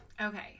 Okay